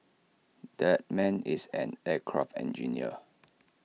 that man is an aircraft engineer